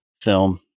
film